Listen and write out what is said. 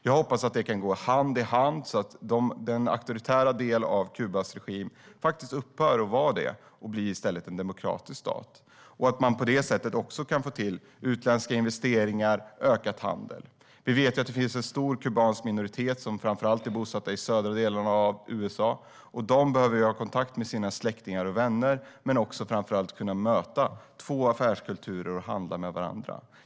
Jag hoppas att relationerna kan gå i hand så att den auktoritära delen av Kubas regim upphör och i stället blir en demokratisk stat. På det sättet kan det bli utländska investeringar och ökad handel. Vi vet att det finns en stor kubansk minoritet bosatt i de södra delarna av USA. De behöver ha kontakt med sina släktingar och vänner och möta två affärskulturer för att handla med varandra.